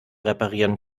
reparieren